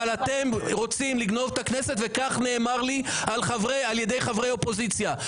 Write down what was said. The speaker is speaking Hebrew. אבל אתם רוצים לגנוב את הכנסת וכך נאמר לי על ידי חברי אופוזיציה.